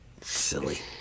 Silly